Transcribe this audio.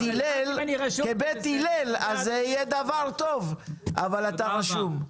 אתה רשום.